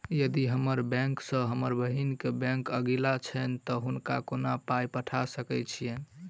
यदि हम्मर बैंक सँ हम बहिन केँ बैंक अगिला छैन तऽ हुनका कोना पाई पठा सकैत छीयैन?